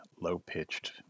low-pitched